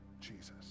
Jesus